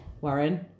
Warren